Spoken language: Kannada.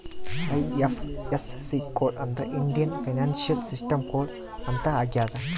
ಐ.ಐಫ್.ಎಸ್.ಸಿ ಕೋಡ್ ಅಂದ್ರೆ ಇಂಡಿಯನ್ ಫೈನಾನ್ಶಿಯಲ್ ಸಿಸ್ಟಮ್ ಕೋಡ್ ಅಂತ ಆಗ್ಯದ